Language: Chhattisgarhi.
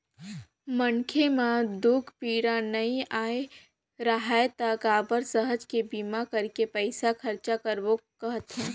मनखे म दूख पीरा नइ आय राहय त काबर सहज के बीमा करके पइसा खरचा करबो कहथे